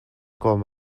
com